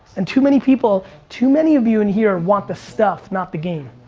and too many people, too many of you in here want the stuff, not the game.